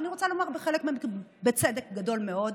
ואני רוצה לומר שבחלק מהמקרים בצדק גדול מאוד,